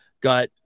got